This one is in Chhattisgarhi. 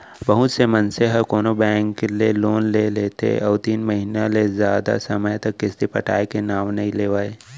बहुत से मनसे ह कोनो बेंक ले लोन ले लेथे अउ तीन महिना ले जादा समे तक किस्ती पटाय के नांव नइ लेवय